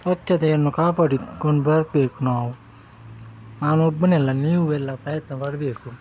ಸ್ವಚ್ಛತೆಯನ್ನು ಕಾಪಾಡಿಕೊಡು ಬರಬೇಕು ನಾವು ನಾನು ಒಬ್ಬನೇ ಅಲ್ಲ ನೀವು ಎಲ್ಲ ಪ್ರಯತ್ನ ಪಡಬೇಕು